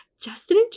Justin